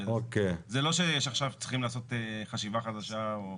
זה לא שעכשיו צריכים לעשות חשיבה חדשה.